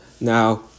Now